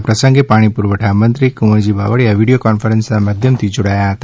આ પ્રસંગે પાણી પુરવઠા મંત્રી શ્રી કુંવરજી બાવળીયા વિડીયો કોન્ફરન્સનાં માધ્યમથી જોડાયા હતા